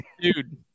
Dude